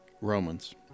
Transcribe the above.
Romans